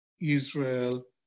Israel